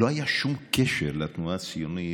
לא היה שום קשר לתנועה הציונית,